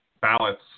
ballots